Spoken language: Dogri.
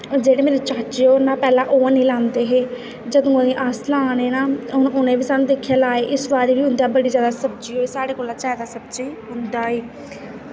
जेह्ड़े मेरे चाचे पैह्लें ओह् निं लांदे हे जदूआं दे अस लाने ना उ'नें बी सानूं दिक्खियै लाए इस बारी बी उं'दा बड़ी सब्जी होई साढ़े कोला जादा सब्जी उं'दै होई